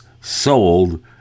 sold